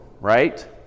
right